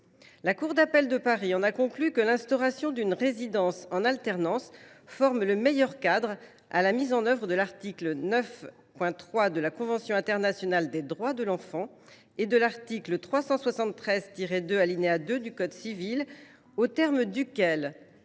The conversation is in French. La cour d’appel de Paris en a conclu que l’instauration d’une résidence en alternance offre le meilleur cadre à la mise en œuvre de l’article 9, alinéa 3, de la Convention internationale des droits de l’enfant et de l’article 373 2, alinéa 2, du code civil, aux termes duquel